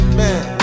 man